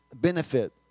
benefit